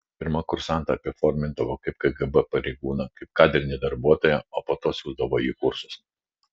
pirma kursantą apiformindavo kaip kgb pareigūną kaip kadrinį darbuotoją o po to siųsdavo į kursus